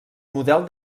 model